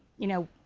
you know,